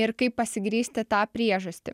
ir kaip pasigrįsti tą priežastį